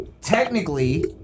technically